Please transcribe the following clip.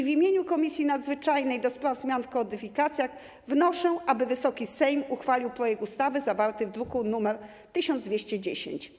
W imieniu Komisji Nadzwyczajnej do spraw zmian w kodyfikacjach wnoszę, aby Wysoki Sejm uchwalił projekt ustawy zawarty w druku nr 1210.